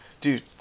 Dude